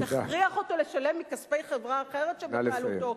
תכריח אותו לשלם מכספי חברה אחרת שבבעלותו,